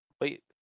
Wait